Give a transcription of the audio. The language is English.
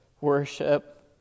worship